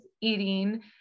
eating